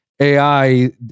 AI